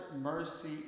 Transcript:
mercy